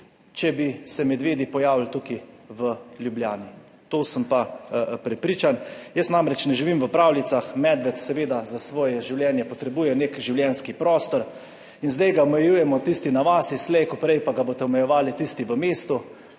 če bi se medvedi pojavili tukaj v Ljubljani. To sem pa prepričan. Jaz namreč ne živim v pravljicah, medved seveda za svoje življenje potrebuje nek življenjski prostor in zdaj ga omejujemo, tisti na vasi, slej ko prej pa ga boste omejevali tisti v mestu,